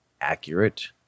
accurate